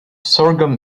sorghum